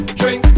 drink